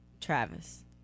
Travis